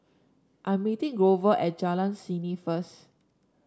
I'm meeting Grover at Jalan Seni first